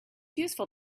useful